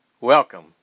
Welcome